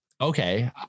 Okay